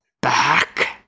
Back